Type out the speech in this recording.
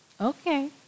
okay